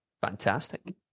Fantastic